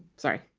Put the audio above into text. sorry.